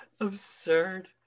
Absurd